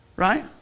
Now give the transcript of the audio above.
Right